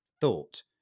thought